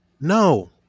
No